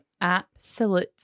absolute